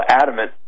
adamant